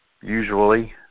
usually